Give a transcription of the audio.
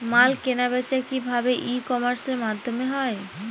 মাল কেনাবেচা কি ভাবে ই কমার্সের মাধ্যমে হয়?